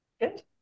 Good